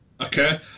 Okay